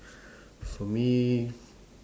for me